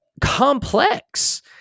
complex